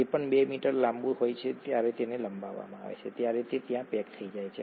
જે પણ 2 મીટર લાંબુ હોય છે જ્યારે તેને લંબાવવામાં આવે છે ત્યારે તે ત્યાં પેક થઈ જાય છે